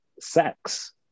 sex